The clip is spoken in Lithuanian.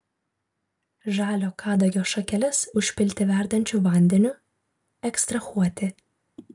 žalio kadagio šakeles užpilti verdančiu vandeniu ekstrahuoti